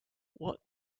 what